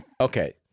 Okay